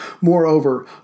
Moreover